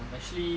actually